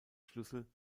schlüssel